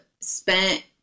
spent